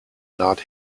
naht